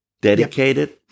dedicated